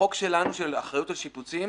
החוק שלנו אחריות על שיפוצים